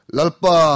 Lalpa